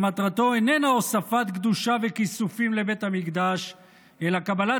שמטרתו איננה הוספת קדושה וכיסופים לבית המקדש אלא קבלת